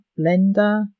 blender